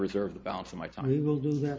reserve the balance of my time he will do that